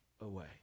away